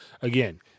again